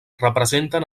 representen